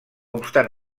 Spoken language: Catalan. obstant